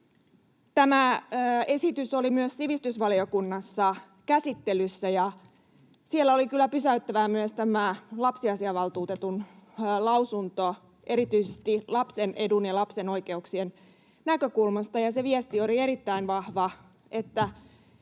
Tämä esitys oli myös sivistysvaliokunnassa käsittelyssä, ja siellä oli kyllä pysäyttävää myös tämä lapsiasiavaltuutetun lausunto erityisesti lapsen edun ja lapsen oikeuksien näkökulmasta. Se viesti oli erittäin vahva, että